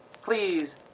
please